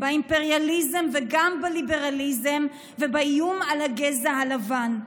באימפריאליזם וגם בליברליזם ובאיום על הגזע הלבן.